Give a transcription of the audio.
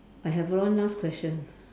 I have one last question